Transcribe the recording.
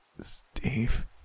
Steve